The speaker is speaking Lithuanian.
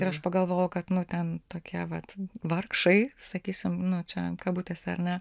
ir aš pagalvojau kad nu ten tokie vat vargšai sakysim nu čia kabutėse ar ne